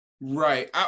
Right